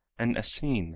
an essene,